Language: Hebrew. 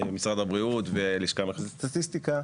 משרד הבריאות והלשכה המרכזית לסטטיסטיקה,